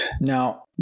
now